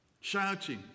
shouting